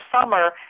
summer